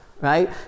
right